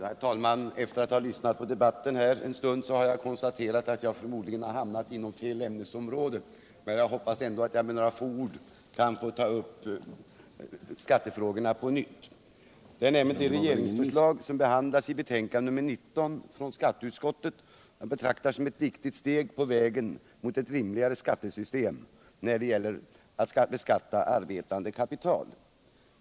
Herr talman! Efter att ha lyssnat på debatten här en stund har jag konstaterat att jag förmodligen har hamnat inom fel ämnesområde. Men jag hoppas ändå att jag med några få ord skall kunna ta upp skattefrågorna på nytt. Det regeringsförslag som behandlas i betänkande nr 19 från skatteutskottet betraktar jag som ett viktigt steg på vägen mot ett rimligare system när det gäller beskattning av arbetande kapital.